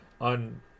on